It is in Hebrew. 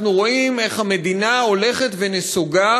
אנחנו רואים איך המדינה הולכת ונסוגה